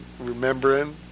Remembering